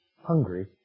Hungry